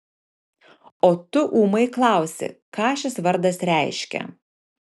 o tu ūmai klausi ką šis vardas reiškia